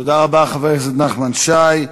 תודה רבה, חבר הכנסת נחמן שי.